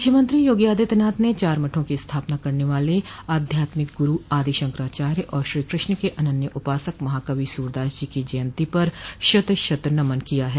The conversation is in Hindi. मुख्यमंत्री योगी आदित्यनाथ ने चार मठों की स्थापना करने वाले आध्यात्मिक गुरू आदि शंकराचार्य और श्री कृष्ण के अनन्य उपासक महाकवि सूरदास जी की जयन्ती पर शत् शत् नमन किया है